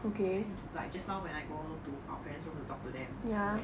then like just now when I go to our parents room to talk to them then